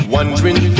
Wondering